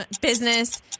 business